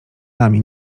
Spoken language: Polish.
nami